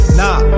nah